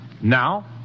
Now